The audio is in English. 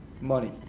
money